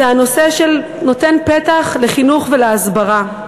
זה הנושא שנותן פתח לחינוך ולהסברה.